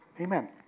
Amen